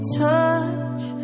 touch